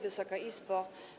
Wysoka Izbo!